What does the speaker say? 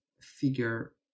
figure